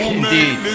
indeed